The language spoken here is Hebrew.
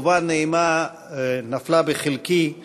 חובה נעימה נפלה בחלקי לברך,